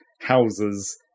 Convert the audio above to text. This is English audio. houses